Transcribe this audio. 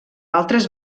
altres